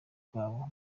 rwabo